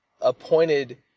appointed